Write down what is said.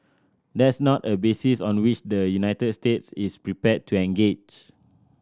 that's not a basis on which the United States is prepared to engage